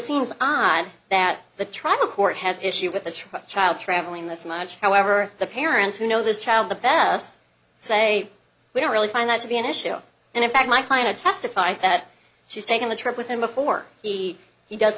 seems odd that the tribal court has issues with the truck child traveling this much however the parents who know this child the best say we don't really find that to be an issue and in fact my plan to testify that she's taken the trip with him before he he does